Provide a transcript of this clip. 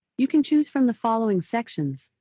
you can choose from the following sections.